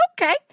Okay